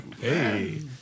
Hey